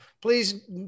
please